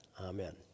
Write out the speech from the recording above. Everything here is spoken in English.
Amen